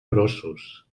grossos